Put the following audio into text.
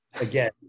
again